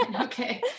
Okay